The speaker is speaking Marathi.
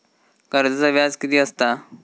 कर्जाचा व्याज कीती असता?